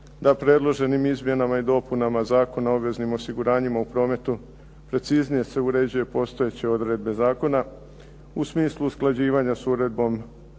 da predloženim izmjenama i dopuna Zakona o obveznim osiguranjima u prometu, preciznije se uređuje postojeće odredbe zakona u smislu usklađivanja s uredbom